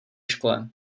škole